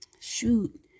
shoot